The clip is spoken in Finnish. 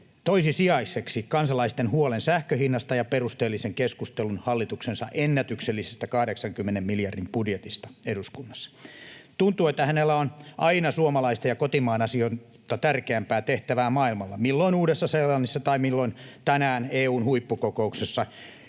toissijaiseksi kansalaisten huolen sähkön hinnasta ja perusteellisen keskustelun hallituksensa ennätyksellisestä 80 miljardin budjetista eduskunnassa. Tuntuu, että hänellä on aina suomalaisten ja kotimaan asioita tärkeämpää tehtävää maailmalla: milloin Uudessa-Seelannissa tai milloin tänään EU:n huippukokouksessa,